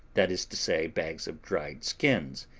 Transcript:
that is to say, bags of dried skins,